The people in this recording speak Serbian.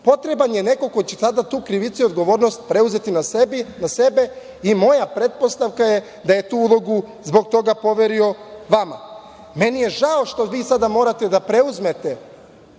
Potreban je neko ko će tada tu krivicu i odgovornost preuzeti na sebe i moja pretpostavka je da je tu ulogu zbog toga poverio vama. Meni je žao što vi sada morate da preuzmete,